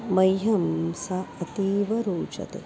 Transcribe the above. मह्यं सा अतीव रोचते